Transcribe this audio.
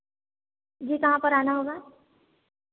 जी कहाँ पर आना होगा